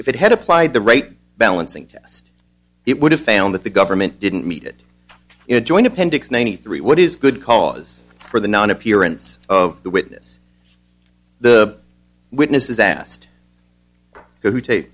if it had applied the right balancing test it would have found that the government didn't meet it in a joint appendix ninety three what is good cause for the nonappearance of the witness the witness is asked who taped